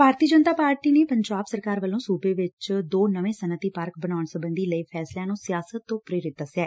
ਭਾਰਤੀ Janata Party ਨੇ ਪੰਜਾਬ ਸਰਕਾਰ ਵੱਲੋਂ ਸੁਬੇ ਚ ਦੋ ਨਵੇਂ ਸਨੱਅਤੀ ਪਾਰਕ ਬਣਾਉਣ ਸਬੰਧੀ ਲਏ ਗਏ ਫੈਸਲਿਆਂ ਨੰ ਸਿਆਸਤ ਤੋਂ ਪੇਰਿਤ ਦਸਿਐ